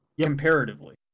comparatively